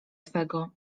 twego